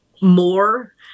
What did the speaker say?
more